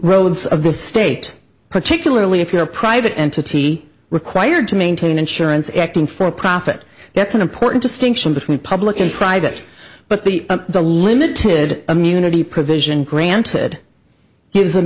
roads of the state particularly if you're a private entity required to maintain insurance acting for a profit that's an important distinction between public and private but the the limited immunity provision granted gives